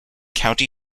county